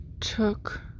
took